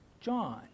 John